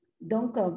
Donc